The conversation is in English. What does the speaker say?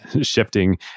shifting